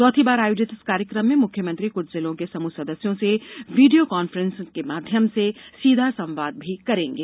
चौथी बार आयोजित इस कार्यक्रम में मुख्यमंत्री कूछ जिलों के समूह सदस्यों से वीडियो कॉन्फ्रेन्स के माध्यम से सीधा संवाद भी करेंगे